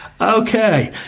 okay